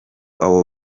abo